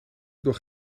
door